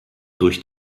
durch